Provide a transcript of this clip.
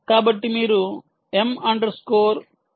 కాబట్టి మీరు m underscore beacon underscore info